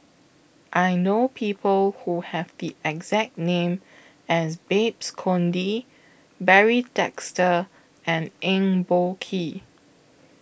I know People Who Have The exact name as Babes Conde Barry Desker and Eng Boh Kee